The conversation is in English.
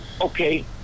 Okay